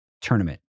tournament